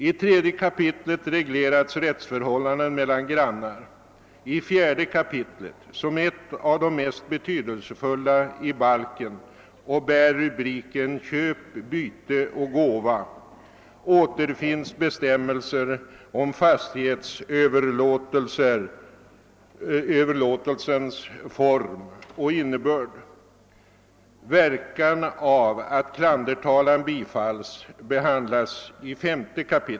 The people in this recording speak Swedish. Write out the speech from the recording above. I 3 kap. regleras rättsförhållandena mellan grannar. I 4 kap., som är ett av de mest betydelsefulla i balken och bär rubriken Köp, byte och gåva, återfinns bestämmelser om = fastighetsöverlåtelsens form och innebörd. Verkan av att klandertalan bifalls behandlas i 5 kap.